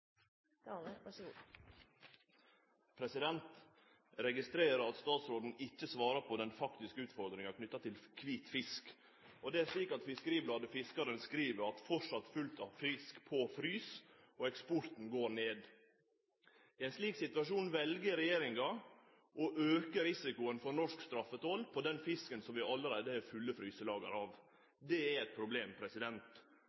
at statsråden ikkje svarar på den faktiske utfordringa knytt til kvit fisk. Det er slik at Fiskeribladet Fiskaren skriv at det framleis er «fullt av fisk på frys» og at eksporten går ned. I ein slik situasjon vel regjeringa å auke risikoen for norsk straffetoll på den fisken som vi allereie har fulle fryselager